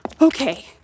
Okay